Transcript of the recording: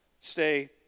Stay